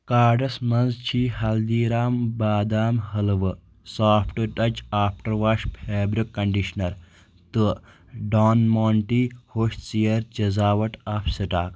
کارڑس مَنٛز چھ ہلدی رام بادام حٔلوٕ soft touch after wash fabric conditioner تہٕ ڈان مونٹی ہۄچھ ژیرٕ چیٖز اوٹ آف سٹاک